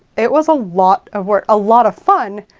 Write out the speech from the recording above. it was a lot of work, a lot of fun,